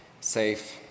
safe